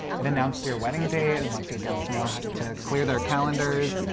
it announces your wedding date and lets your guests know to clear their calendars.